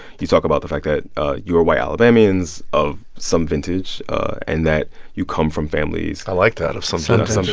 you talk about the fact that you're white alabamians of some vintage and that you come from families. i like that, of some vintage sort of some